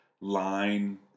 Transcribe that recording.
line